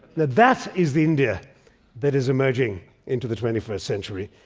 that that is the india that is emerging into the twenty first century.